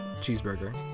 Cheeseburger